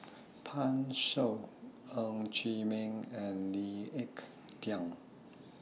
Pan Shou Ng Chee Meng and Lee Ek Tieng